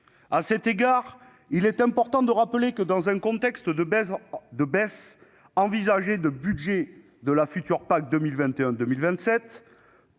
À cet égard, il est important de rappeler que, dans un contexte de baisse envisagée du budget de la future PAC 2021-2027,